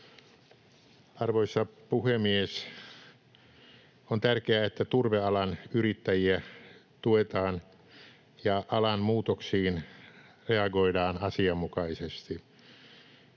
Arvoisa puhemies! On tärkeää, että turvealan yrittäjiä tuetaan ja alan muutoksiin reagoidaan asianmukaisesti.